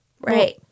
right